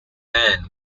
man